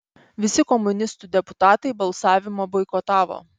visi komunistų deputatai balsavimą boikotavo